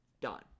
Done